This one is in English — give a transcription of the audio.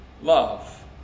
love